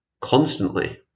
constantly